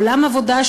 עולם עבודה,